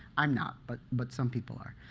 i'm not, but but some people are.